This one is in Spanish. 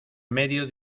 medio